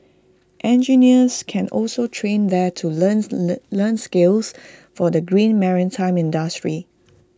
engineers can also train there to learns learn learn skills for the green maritime industry